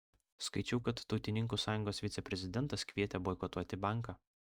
skaičiau kad tautininkų sąjungos viceprezidentas kvietė boikotuoti banką